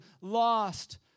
lost